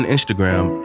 Instagram